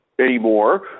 anymore